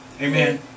Amen